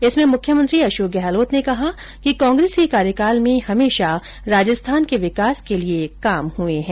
इसमें मुख्यमंत्री अशोक गहलोत ने कहा कि कांग्रेस के कार्यकाल में हमेशा राजस्थान के विकास के लिये काम हुए है